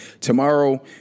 tomorrow